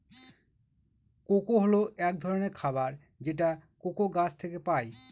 cocoa হল এক ধরনের খাবার যেটা কোকো গাছ থেকে পায়